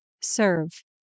Serve